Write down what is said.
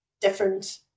different